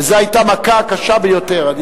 וזו היתה מכה קשה ביותר.